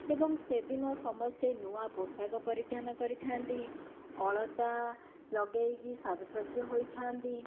ଏବଂ ସେଦିନ ସମସ୍ତେ ନୂଆ ପୋଷାକ ପରିଧାନ କରିଥାନ୍ତି ଅଳତା ଲଗାଇକି ସାଜସଜ୍ଜ ହୋଇଥାନ୍ତି